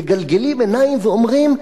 מגלגלים עיניים ואומרים: